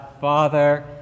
Father